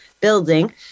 building